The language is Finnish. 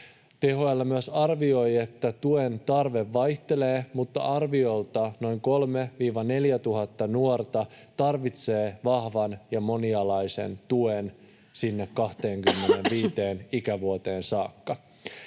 THL myös arvioi, että tuen tarve vaihtelee, mutta arviolta noin 3 000—4 000 nuorta tarvitsee vahvan ja monialaisen tuen sinne 25 ikävuoteen saakka.